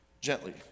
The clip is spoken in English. gently